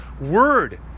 word